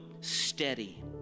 steady